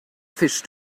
fisch